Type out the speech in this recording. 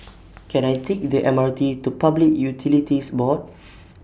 Can I Take The M R T to Public Utilities Board